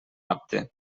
apte